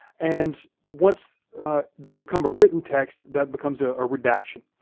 and once they become a written text, that becomes ah a redaction.